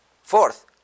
Fourth